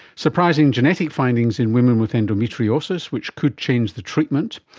surprising genetic findings in women with endometriosis which could change the treatment.